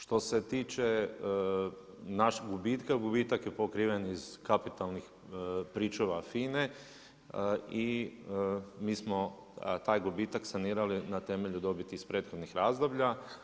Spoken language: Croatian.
Što se tiče našeg gubitka, gubitak je pokriven iz kapitalnih pričuva FINA-e i mi smo taj gubitak sanirali na temelju dobiti iz prethodnih razdoblja.